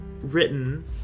written